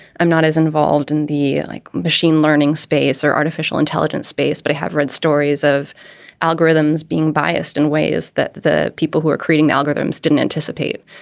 i'm not as involved in the like machine learning space or artificial intelligence space, but i have read stories of algorithms being biased in ways that the people who are creating algorithms didn't anticipate.